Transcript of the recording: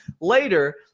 later